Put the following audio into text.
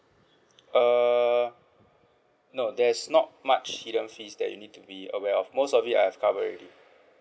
err no there's not much hidden fees that you need to be aware of most of it I've covered already